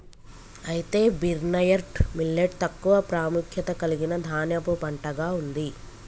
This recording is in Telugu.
అయితే బిర్న్యర్డ్ మిల్లేట్ తక్కువ ప్రాముఖ్యత కలిగిన ధాన్యపు పంటగా ఉంది